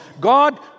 God